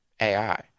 AI